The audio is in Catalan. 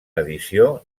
edició